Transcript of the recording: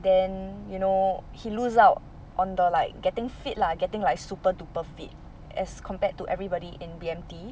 then you know he lose out on the like getting fit lah getting like super duper fit as compared to everybody in B_M_T